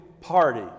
party